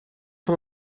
van